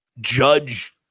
judge